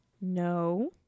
No